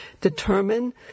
determine